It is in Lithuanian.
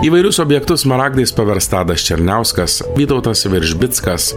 įvairius objektus smaragdais pavers tadas černiauskas vytautas veržbickas